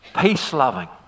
peace-loving